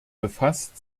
befasst